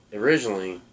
originally